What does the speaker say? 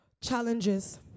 challenges